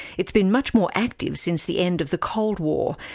it's been much more active since the end of the cold war,